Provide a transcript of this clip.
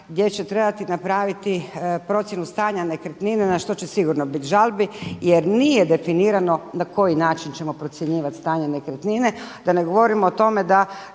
gdje će trebati napraviti procjenu stanja nekretnine na što će sigurno biti žalbi. Jer nije definirano na koji način ćemo procjenjivati stanje nekretnine. Da ne govorim o tome da